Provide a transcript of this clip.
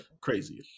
crazy